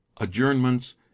adjournments